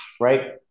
right